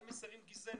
על מסרים גזעניים,